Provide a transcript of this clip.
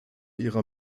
ihrer